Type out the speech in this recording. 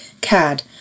CAD